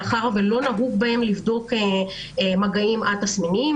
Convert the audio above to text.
מאחר ולא נהוג בהן לבדוק מגעים א-תסמיניים,